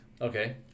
okay